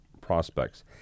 prospects